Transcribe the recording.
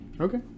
Okay